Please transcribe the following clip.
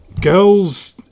girls